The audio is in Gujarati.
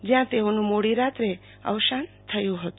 જયાં તેઓનું મોડી રાત્રે અવસાન થયું હતું